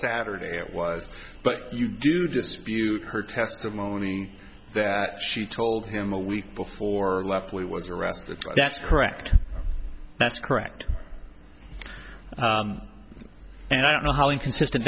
saturday it was but you do dispute her testimony that she told him a week before i left lee was arrested that's correct that's correct and i don't know how inconsistent